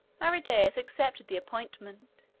aridaeus accepted the appointment,